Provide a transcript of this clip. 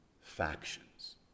factions